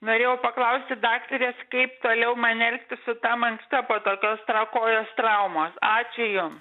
norėjau paklausti daktarės kaip toliau man elgtis su ta mankšta po to kios tra kojos traumos ačiū jum